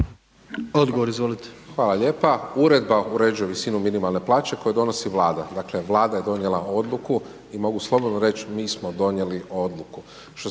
Marko (HDZ)** Hvala lijepo. Uredba uređuje visinu minimalne plaće koju donosi vlada. Dakle, vlada je donijela odluku, i mogu slobodno reći, mi smo donijeli odluku.